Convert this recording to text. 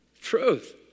Truth